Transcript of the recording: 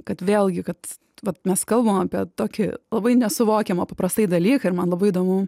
kad vėlgi kad vat mes kalbam apie tokį labai nesuvokiamą paprastai dalyką ir man labai įdomu